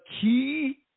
key